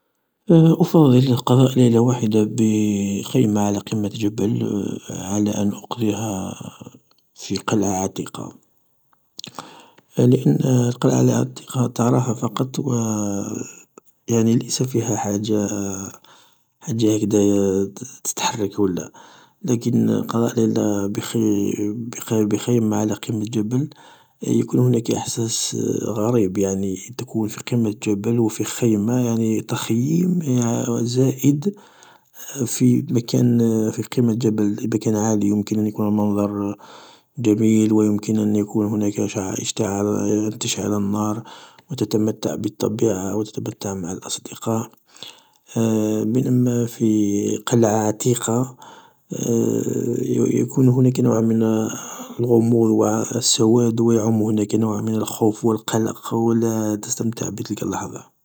أفضل قضاء ليلة واحدة بقمة جبل على ان أقضيها في قلعة عتيقة لان القلعة العتيقة تراها فقط و يعني ليس فيها حاجة حاجة هكذايا تتحرك ولا، لكن قضاء ليلة بخيمة بقمة جبل، يكون هناك احساس غريب يعني تكون في قمة جبل و في خيمة يعني تخييم زائد في مكان في قمة جبل، مكان عالي يمكن ان يكون منظر جميل و يمكن ان يكون هناك ان تشعل النارو تتمتع بالطبيعة و تتمتع مع الأصدقاء، بينما في قلعة عتيقة يكون هناك نوع من الغموض و السواد و يعم هناك نوع من الخوف و القلق و لا تستمتع بتلك اللحظة.